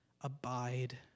abide